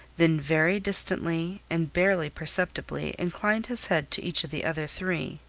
then very distantly and barely perceptibly inclined his head to each of the other three.